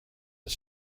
his